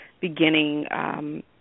beginning